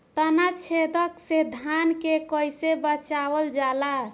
ताना छेदक से धान के कइसे बचावल जाला?